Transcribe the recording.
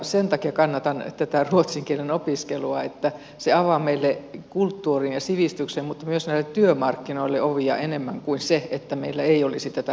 sen takia kannatan tätä ruotsin kielen opiskelua että se avaa meille kulttuurin ja sivistyksen mutta myös näille työmarkkinoille ovia enemmän kuin se että meillä ei olisi tätä ruotsin kielen opetusta